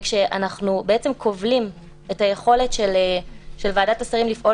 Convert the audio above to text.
וכשאנחנו בעצם כובלים את היכולת של ועדת השרים לפעול